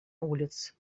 улиц